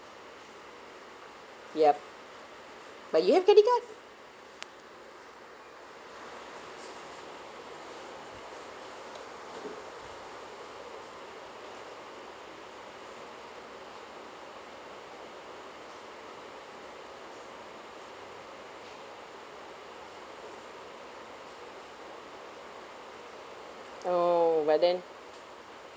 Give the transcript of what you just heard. yup but you have credit card oh but then